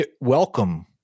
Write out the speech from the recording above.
welcome